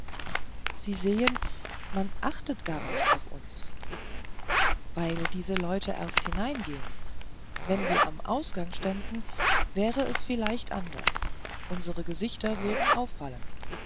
sie sehen man achtet gar nicht auf uns weil diese leute erst hineingehen wenn wir am ausgang ständen wäre es vielleicht anders unsere gesichter würden auffallen